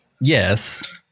yes